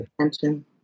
attention